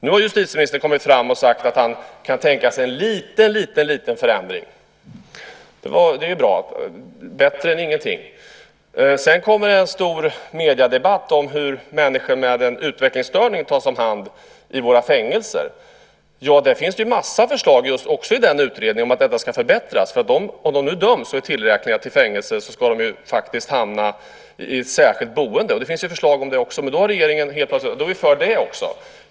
Nu har justitieministern kommit fram och sagt att han kan tänka sig en liten förändring. Det är ju bra, bättre än ingenting. Så kommer en stor mediedebatt om hur människor med en utvecklingsstörning tas om hand i våra fängelser. Det finns en massa förslag, också i den utredningen, om att detta ska förbättras. Om de döms till fängelse och är tillräkneliga ska de faktiskt hamna i ett särskilt boende. Det finns förslag om det. Då är regeringen för det också.